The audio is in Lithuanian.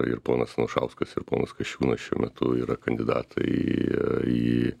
ir ponas anušauskas ir ponas kasčiūnas šiuo metu yra kandidatai į